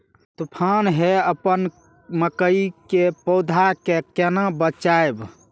तुफान है अपन मकई के पौधा के केना बचायब?